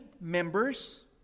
members